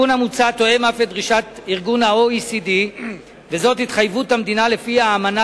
תואם אף את דרישות ה-OECD ואת התחייבות המדינה לפי האמנה